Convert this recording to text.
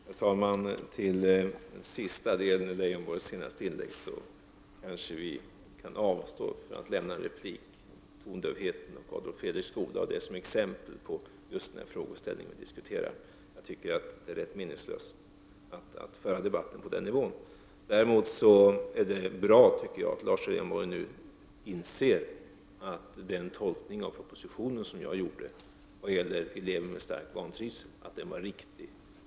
Herr talman! Jag vill till sist säga följande om Lars Leijonborgs senaste inlägg. Jag kanske kan avstå från att bemöta det som han sade om tondövhet och Adolf Fredriks skolor som exempel på just den frågeställning som vi nu diskuterar. Jag tycker att det är rätt meningslöst att föra debatten på den nivån. Däremot är det bra att Lars Leijonborg nu inser att den tolkning av propositionen som jag gjorde när det gäller elever med stark vantrivsel var riktig.